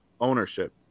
ownership